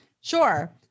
Sure